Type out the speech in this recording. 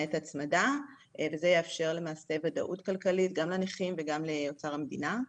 למעט הצמדה וזה יאפשר למעשה וודאות כלכלית גם לנכים וגם לאוצר המדינה.